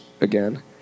again